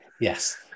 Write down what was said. Yes